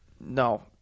No